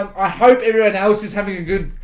i hope everyone else is having a good